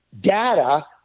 data